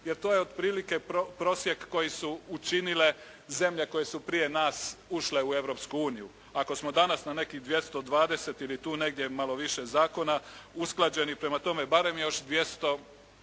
jer to je otprilike prosjek koji su učinile zemlje koje su prije nas ušle u Europsku uniju. Ako smo danas na nekih 220 ili tu negdje malo više zakona usklađenih, prema tome, barem još 200